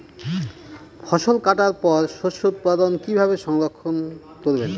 ফসল কাটার পর শস্য উৎপাদন কিভাবে সংরক্ষণ করবেন?